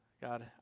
God